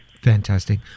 Fantastic